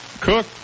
cook